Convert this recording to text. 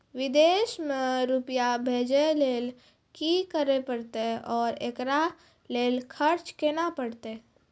विदेश मे रुपिया भेजैय लेल कि करे परतै और एकरा लेल खर्च केना परतै?